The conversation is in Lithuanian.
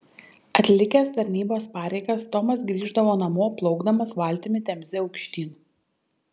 atlikęs tarnybos pareigas tomas grįždavo namo plaukdamas valtimi temze aukštyn